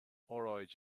óráid